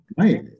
right